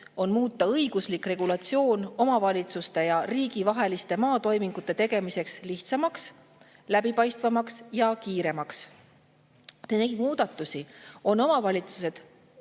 on muuta õiguslik regulatsioon omavalitsuste ja riigi vaheliste maatoimingute tegemiseks lihtsamaks, läbipaistvamaks ja kiiremaks. Neid muudatusi on omavalitsused